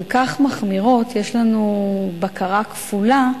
כל כך מחמירים, יש לנו בקרה כפולה,